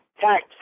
tax